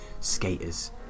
skaters